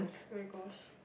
oh-my-gosh